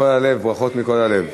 מכל הלב, ברכות מכל הלב.